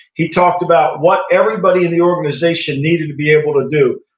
he talked about what everybody in the organization needed to be able to do.